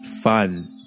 fun